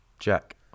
Jack